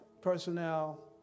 personnel